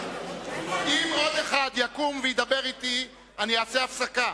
אם עוד אחד יקום וידבר אתי, אני אעשה הפסקה.